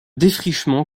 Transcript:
défrichement